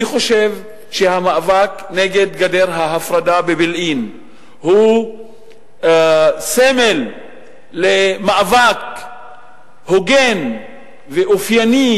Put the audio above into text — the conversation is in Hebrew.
אני חושב שהמאבק נגד גדר ההפרדה בבילעין הוא סמל למאבק הוגן ואופייני,